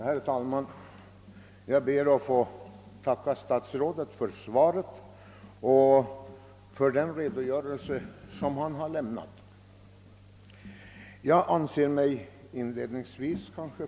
Herr talman! Jag ber att få tacka statsrådet för svaret och för den redogörelse som han däri har lämnat.